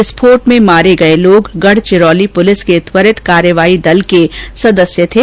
विस्फोट में मारे गए लोग गढचिरौली पुलिस के त्वरित कार्रवाई दल के सदस्य थे